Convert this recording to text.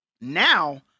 Now